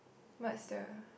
what's the